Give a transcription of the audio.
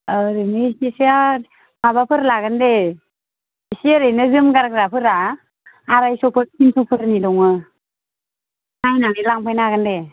ओरैनो फैसाया माबाफोर लागोन दे इसे ओरैनो जोमगारग्राफोरा आरायस'फोर थिनस'फोरनि दङ नायनानै लांफैनो हागोन दे